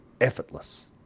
effortless